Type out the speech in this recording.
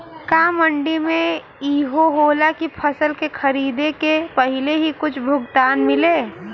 का मंडी में इहो होला की फसल के खरीदे के पहिले ही कुछ भुगतान मिले?